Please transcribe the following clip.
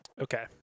Okay